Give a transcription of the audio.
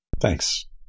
Thanks